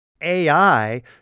AI